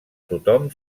tothom